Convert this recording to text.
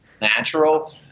natural